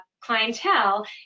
clientele